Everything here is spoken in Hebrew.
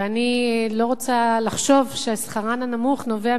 ואני לא רוצה לחשוב ששכרן הנמוך נובע